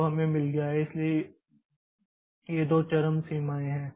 तो हमें मिल गया है इसलिए ये दो चरम सीमाएं हैं